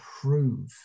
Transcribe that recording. prove